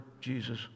Jesus